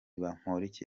bamporiki